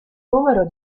numero